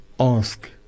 Ask